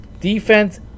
defense